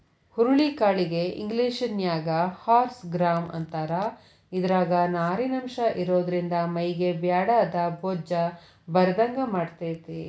ಹುರುಳಿ ಕಾಳಿಗೆ ಇಂಗ್ಲೇಷನ್ಯಾಗ ಹಾರ್ಸ್ ಗ್ರಾಂ ಅಂತಾರ, ಇದ್ರಾಗ ನಾರಿನಂಶ ಇರೋದ್ರಿಂದ ಮೈಗೆ ಬ್ಯಾಡಾದ ಬೊಜ್ಜ ಬರದಂಗ ಮಾಡ್ತೆತಿ